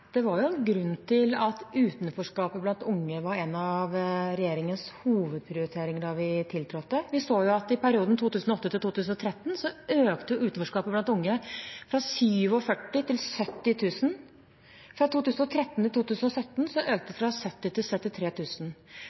Det var jo en grunn til at utenforskapet blant unge var en av regjeringens hovedprioriteringer da vi tiltrådte. Vi så at i perioden 2008–2013 økte utenforskapet blant unge fra 47 000 til 70 000. Fra 2013 til 2017 økte det fra 70 000 til